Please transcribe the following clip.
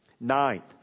Ninth